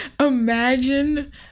Imagine